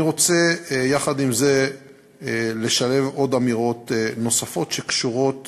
אני רוצה, יחד עם זאת, לשלב אמירות נוספות שקשורות